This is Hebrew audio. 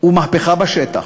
ומהפכה בשטח,